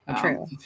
True